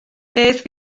beth